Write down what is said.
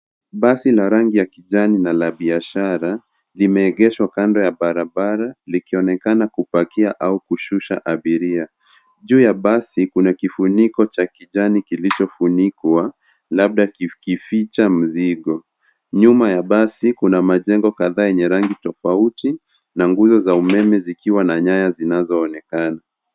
Basi la rangi ya kijani na la biashara limeegeshwa kando ya barabara likionekana kupakia au kushusha abiria. Juu ya basi kuna kifuniko cha kijani kilichofunikwa labda kukificha mzigo. Nyuma ya basi kuna majengo kadhaa yenye rangi tofauti na nguzo za umeme zikiwa na nyaya zinazoonekana.